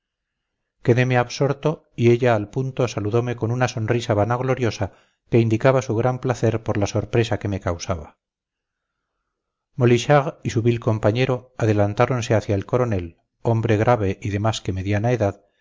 pajarita quedeme absorto y ella al punto saludome con una sonrisa vanagloriosa que indicaba su gran placer por la sorpresa que me causaba molichard y su vil compañero adelantáronse hacia el coronel hombre grave y de más que mediana edad